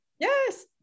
Yes